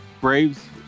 Braves